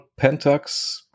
Pentax